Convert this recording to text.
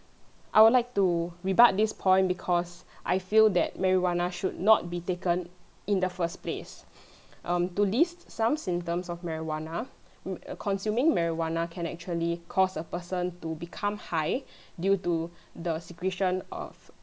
I would like to rebut this point because I feel that marijuana should not be taken in the first place um to list some symptoms of marijuana um consuming marijuana can actually cause a person to become high due to the secretion of